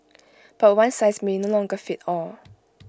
but one size may no longer fit all